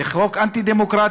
זה חוק אנטי-דמוקרטי,